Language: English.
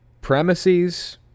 premises